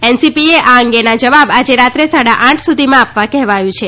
એનસીપીને આ અંગેના જવાબ આજે રાત્રે સાડા આઠ સુધીમાં આપવા કહેવાયું છે